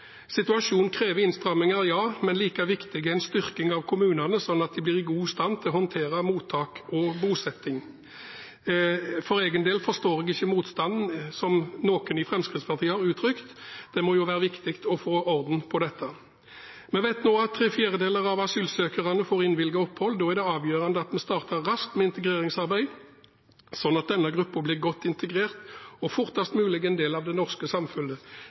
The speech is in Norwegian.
Situasjonen krever innstramminger, ja, men like viktig er en styrking av kommunene, slik at de blir i god stand til å håndtere mottak og bosetting. For egen del forstår jeg ikke motstanden som noen i Fremskrittspartiet har uttrykt; det må jo være viktig å få orden på dette. Vi vet at tre fjerdedeler av asylsøkerne nå får innvilget opphold. Da er det avgjørende at vi starter raskt med integreringsarbeidet, slik at denne gruppen blir godt integrert og fortest mulig en del av det norske samfunnet.